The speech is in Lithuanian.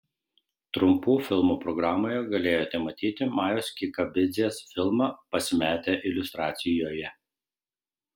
trumpų filmų programoje galėjote matyti majos kikabidzės filmą pasimetę iliustracijoje